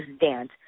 dance